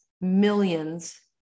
millions